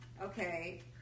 Okay